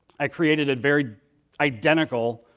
i created a very identical